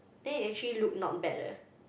then it actually look not bad leh